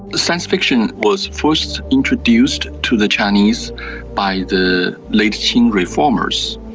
science fiction was first introduced to the chinese by the late qing reformers,